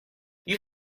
you